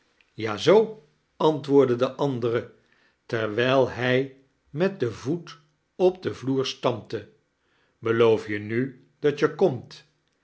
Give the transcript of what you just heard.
ja zoo antwoordde de andere terwql hij met den voet op den vloer stampte beloof je nu dat je komt